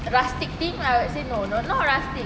the rustic theme I will say no no not rustic